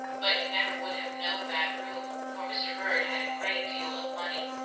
but you never would have known that room for mr. bird had a great deal of money,